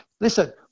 Listen